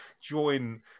join